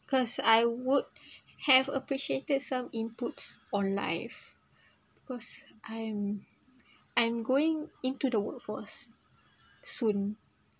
cause I would have appreciated some inputs on life because I'm I'm going into the workforce soon